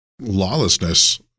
lawlessness